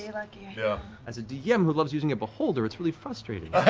yeah like yeah as a dm who loves using a beholder, it's really frustrating.